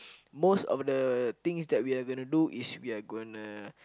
most of the things that we are going to do which we are gonna